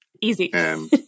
Easy